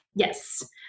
Yes